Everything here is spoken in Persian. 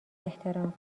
احترام